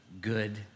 good